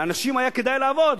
לאנשים היה כדאי לעבוד,